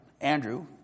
Andrew